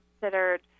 considered